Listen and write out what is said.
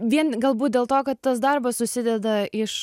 vien galbūt dėl to kad tas darbas susideda iš